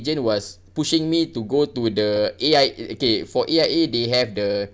agent was pushing me to go to the A_I~ okay for A_I_A they have the